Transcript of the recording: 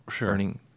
earning